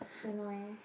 don't know eh